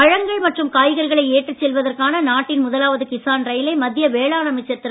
பழங்கள் மற்றும் காய்கறிகளை ஏற்றிச் செல்வதற்கான நாட்டின் முதலாவது கிசான் ரயிலை மத்திய வேளாண் அமைச்சர் திரு